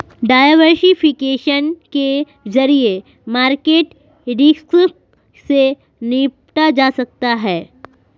diversification के जरिए market risk से निपटा जा सकता है